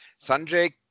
Sanjay